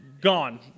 gone